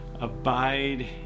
abide